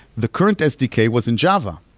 the current sdk was in java.